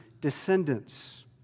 descendants